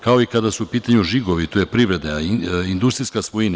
Kao i kada su u pitanju žigovi, to je privreda, industrijska svojina.